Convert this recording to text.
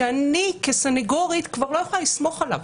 שאני כסנגורית כבר לא יכולה לסמוך עליו.